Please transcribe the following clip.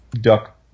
Duck